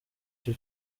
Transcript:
cyo